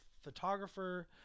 photographer